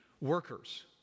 workers